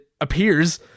appears